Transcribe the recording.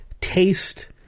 taste